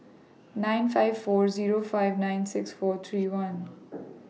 nine five four Zero five nine six four three one